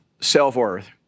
self-worth